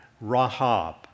Rahab